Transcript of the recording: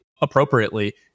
appropriately